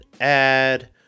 add